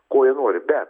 ko jie nori bet